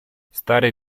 stary